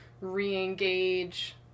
re-engage